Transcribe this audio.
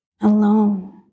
alone